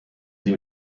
sie